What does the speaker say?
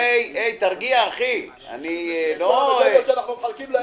אנחנו בישראל ואלה המחירים.